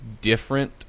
different